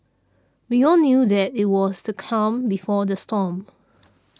we all knew that it was the calm before the storm